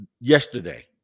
yesterday